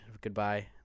Goodbye